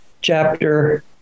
chapter